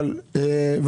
אתה עושה לא.